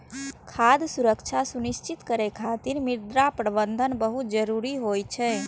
खाद्य सुरक्षा सुनिश्चित करै खातिर मृदा प्रबंधन बहुत जरूरी होइ छै